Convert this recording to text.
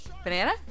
Banana